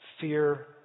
fear